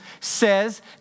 says